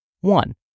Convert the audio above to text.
One